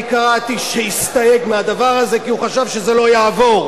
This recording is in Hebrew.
אני קראתי שהסתייג מהדבר הזה כי הוא חשב שזה לא יעבור.